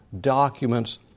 documents